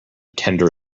tender